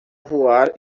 voar